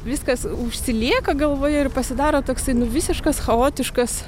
viskas užsilieka galvoje ir pasidaro toksai nu visiškas chaotiškas